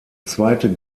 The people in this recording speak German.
zweite